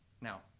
Now